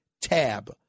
TAB